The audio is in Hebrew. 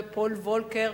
ופול וולקר,